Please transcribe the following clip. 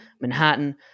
manhattan